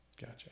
Gotcha